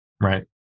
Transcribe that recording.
Right